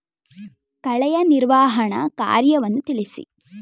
ಕಳೆಯ ನಿರ್ವಹಣಾ ಕಾರ್ಯವನ್ನು ತಿಳಿಸಿ?